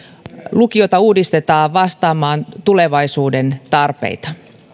lukiota uudistetaan vastaamaan tulevaisuuden tarpeita